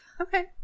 Okay